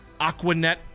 aquanet